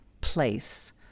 place